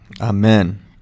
Amen